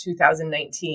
2019